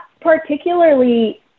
particularly